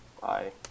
Bye